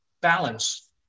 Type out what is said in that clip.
balance